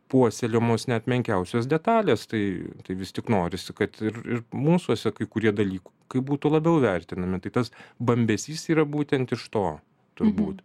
puoselėjamos net menkiausios detalės tai tai vis tik norisi kad ir ir mūsuose kai kurie dalykai būtų labiau vertinami tai tas bambesys yra būtent iš to turbūt